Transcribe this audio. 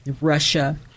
Russia